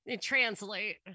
translate